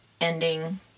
ending